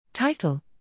Title